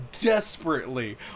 desperately